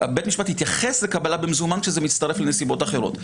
בית משפט יתייחס לקבלה במזומן כשזה מצטרף לנסיבות אחרות.